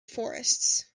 forests